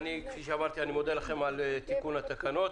כפי שאמרתי, אני מודה לכם על תיקון התקנות.